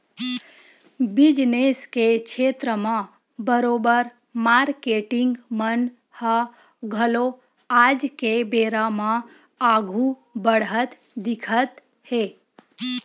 business के छेत्र म बरोबर मारकेटिंग मन ह घलो आज के बेरा म आघु बड़हत दिखत हे